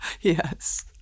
Yes